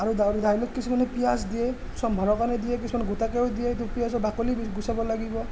আৰু দাইল দাইলত কিছুমানে পিয়াঁজ দিয়ে চম্ভাৰৰ কাৰণে দিয়ে কিছুমানে গোটাকৈও দিয়ে পিয়াঁজৰ বাকলি গুচাব লাগিব